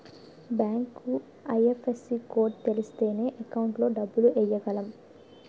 bank IFSC code తెలిస్తేనే account లో డబ్బులు ఎయ్యగలం